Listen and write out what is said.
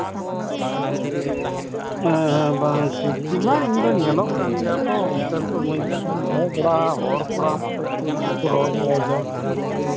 ᱪᱮᱜ ᱵᱟᱝ ᱧᱮᱞᱚᱜ ᱠᱟᱱ ᱜᱮᱭᱟ ᱛᱚ ᱚᱱᱛᱮᱱ ᱠᱚ ᱢᱟᱹᱡᱷᱤ ᱦᱟᱲᱟᱢ ᱦᱚᱲ ᱠᱚᱲᱟ ᱠᱩᱲᱤ ᱠᱚᱠᱚ ᱨᱚᱲ ᱵᱟᱲᱟᱭ ᱜᱮᱭᱟ